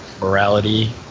morality